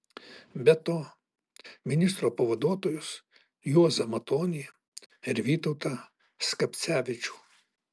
be to ministro pavaduotojus juozą matonį ir vytautą skapcevičių